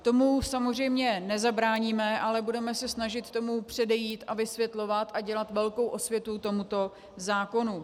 Tomu samozřejmě nezabráníme, ale budeme se snažit tomu předejít a vysvětlovat a dělat velkou osvětu tomuto zákonu.